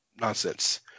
nonsense